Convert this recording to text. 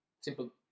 Simple